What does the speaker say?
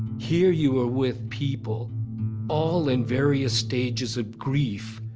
here, you were with people all in various stages of grief.